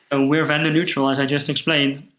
ah we're vendor neutral, as i just explained,